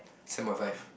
seven point five